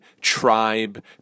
tribe